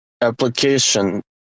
application